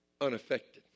unaffected